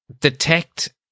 detect